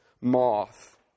Moth